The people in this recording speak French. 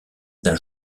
d’un